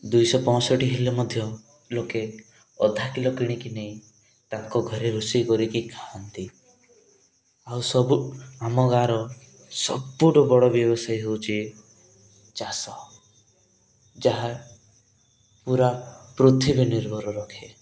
ଦୁଇଶହ ପଁଷଠି ହେଲେ ମଧ୍ୟ ଲୋକେ ଅଧାକିଲ କିଣିକି ନେଇ ତାଙ୍କ ଘରେ ରୋଷେଇ କରିକି ଖାଆନ୍ତି ଆଉ ସବୁ ଆମ ଗାଁର ସବୁଠୁ ବଡ଼ ବ୍ୟବସାୟୀ ହେଉଛି ଚାଷ ଯାହା ପୁରା ପୃଥିବୀ ନିର୍ଭର ରଖେ